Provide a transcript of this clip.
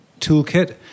toolkit